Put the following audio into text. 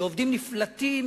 כשעובדים נפלטים